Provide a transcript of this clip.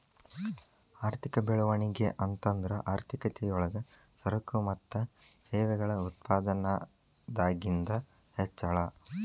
ಆರ್ಥಿಕ ಬೆಳವಣಿಗೆ ಅಂತಂದ್ರ ಆರ್ಥಿಕತೆ ಯೊಳಗ ಸರಕು ಮತ್ತ ಸೇವೆಗಳ ಉತ್ಪಾದನದಾಗಿಂದ್ ಹೆಚ್ಚಳ